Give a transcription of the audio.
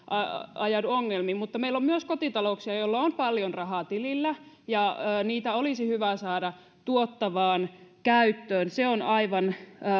ajaudu ongelmiin mutta meillä on myös kotitalouksia joilla on paljon rahaa tilillä ja niitä olisi hyvä saada tuottavaan käyttöön se on aivan